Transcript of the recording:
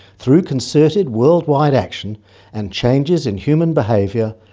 through concerted worldwide action and changes in human behaviour,